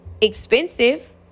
expensive